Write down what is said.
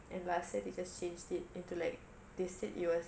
and last year they just changed it into like they said it was